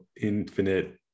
infinite